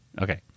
Okay